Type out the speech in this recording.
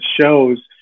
shows